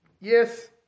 yes